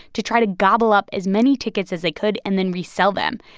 to try to gobble up as many tickets as they could and then resell them.